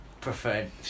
preferred